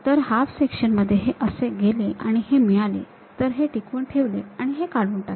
तर half section मध्ये हे असे गेले आणि हे मिळाले तर हे टिकवून ठेवले आणि हे काढून टाकले